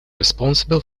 responsible